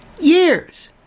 Years